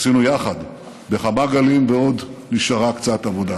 עשינו יחד בכמה גלים, ועוד נשארה קצת עבודה.